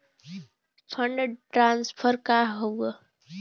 Fund transfer का हव?